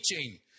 teaching